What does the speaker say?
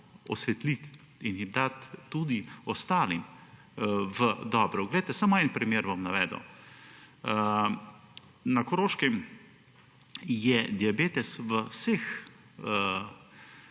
osvetliti in jih dati tudi ostalim v dobro. Samo en primer bom navedel. Na Koroškem je diabetes v vseh